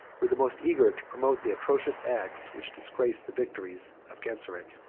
were the most eager to promote the atrocious acts which disgrace the victories of genseric.